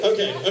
Okay